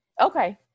Okay